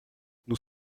nous